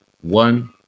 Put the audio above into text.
one